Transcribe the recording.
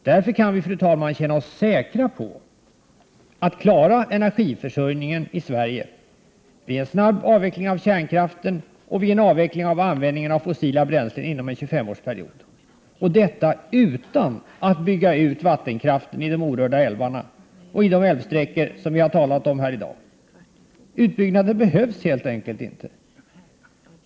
Därför kan vi, fru talman, känna oss säkra på att klara energiförsörjningen i Sverige vid en snabb avveckling av kärnkraften och vid en avveckling av användningen av fossila bränslen inom en 25-årsperiod — och detta utan att bygga ut vattenkraften i de orörda älvarna och i de älvsträckor som vi har talat om här i dag. Utbyggnaden behövs helt enkelt inte.